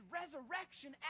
resurrection